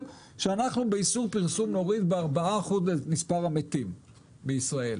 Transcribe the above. שנוריד באיסור הפרסום את מספר המתים ב-4%.